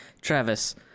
Travis